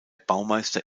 baumeister